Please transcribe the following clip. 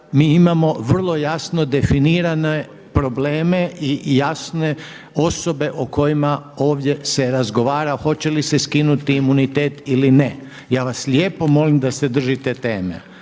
mi imamo vrlo jasno definirane probleme i jasne osobe o kojima ovdje se razgovara hoće li se skinuti imunitet ili ne. Ja vas lijepo molim da se držite teme